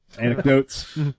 Anecdotes